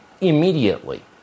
immediately